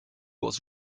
was